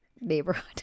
neighborhood